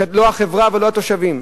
לא החברה ולא התושבים.